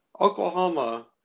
Oklahoma